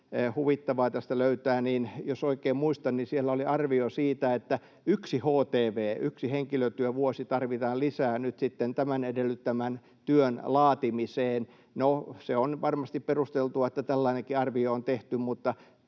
huvittavaa tästä löytää — ja jos oikein muistan, siellä oli arvio siitä, että yksi htv, yksi henkilötyövuosi, tarvitaan lisää nyt sitten tämän edellyttämän työn laatimiseen. No, se on varmasti perusteltua, että tällainenkin arvio on tehty,